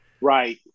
Right